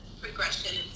progression